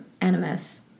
animus